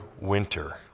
winter